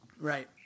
Right